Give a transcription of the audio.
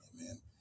Amen